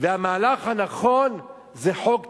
והמהלך הנכון הוא חוק טל,